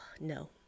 no